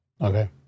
Okay